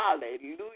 Hallelujah